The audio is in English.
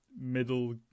middle